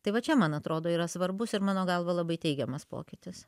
tai va čia man atrodo yra svarbus ir mano galva labai teigiamas pokytis